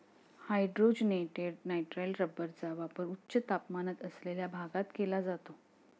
hydrogenated nitrile रबरचा वापर उच्च तापमान असलेल्या भागात केला जातो